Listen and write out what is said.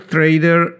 Trader